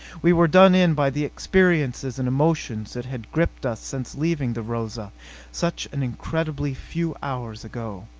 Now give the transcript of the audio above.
we were done in by the experiences and emotions that had gripped us since leaving the rosa such an incredibly few hours ago.